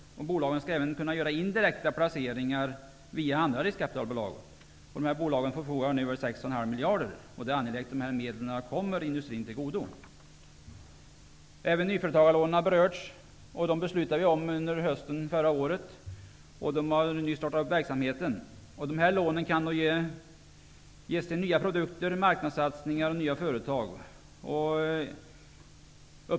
Bolagen skall även kunna göra indirekta placeringar via andra riskkapitalbolag. Bolagen förfogar nu över 6,5 miljarder, och det är angeläget att medlen kommer industrin till godo. Även nyföretagarlånen har berörts, som vi under hösten förra året beslutade om. Verksamheten har nu startat. Dessa lån kan erhållas för nya produkter, marknadssatsningar och nya företag.